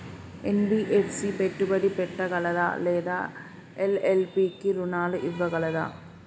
NBFC పెట్టుబడి పెట్టగలదా లేదా ఎల్.ఎల్.పి కి రుణాలు ఇవ్వగలదా?